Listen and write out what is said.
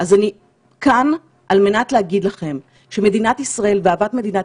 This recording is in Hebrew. אז אני כאן על מנת להגיד לכם שמדינת ישראל ואהבת מדינת